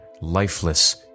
lifeless